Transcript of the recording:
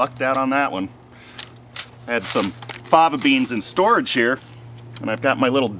lucked out on that one had some fava beans in storage here and i've got my little